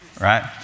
right